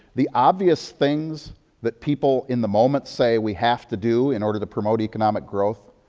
the obvious things that people in the moment say we have to do in order to promote economic growth,